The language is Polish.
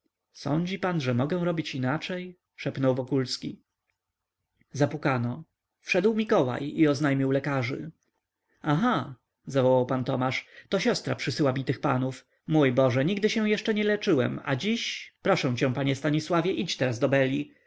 sądzi pan że mogę robić inaczej szepnął wokulski zapukano wszedł mikołaj i oznajmił lekarzy aha zawołał pan tomasz to siostra przysyła mi tych panów mój boże nigdy się jeszcze nie leczyłem a dziś proszę cię panie stanisławie idź teraz